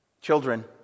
Children